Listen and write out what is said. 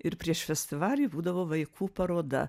ir prieš festivalį būdavo vaikų paroda